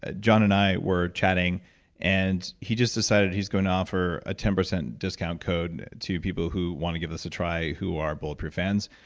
ah john and i were chatting and he just decided he's going to offer a ten percent discount code to people who want to give this a try who are bulletproof fans,